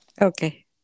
Okay